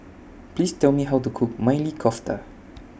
Please Tell Me How to Cook Maili Kofta